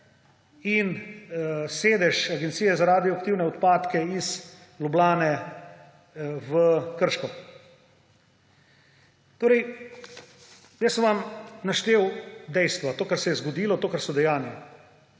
in sedež Agencije za radioaktivne odpadke iz Ljubljane v Krško. Jaz sem vam naštel dejstva, to, kar se je zgodilo, to, kar so dejanja.